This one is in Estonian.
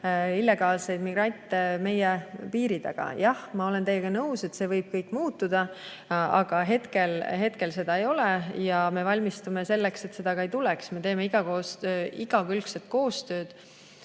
illegaalseid migrante meie piiri taga. Jah, ma olen teiega nõus, et see võib kõik muutuda, aga hetkel seda ei ole ja me valmistume selleks, et seda ka ei tuleks. Me teeme igakülgset koostööd